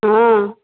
ହଁ